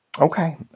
Okay